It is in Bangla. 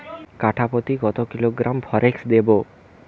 কাঠাপ্রতি কত কিলোগ্রাম ফরেক্স দেবো?